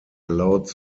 allowed